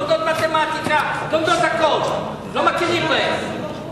לומדות מתמטיקה, לומדות הכול, לא מכירים בהן.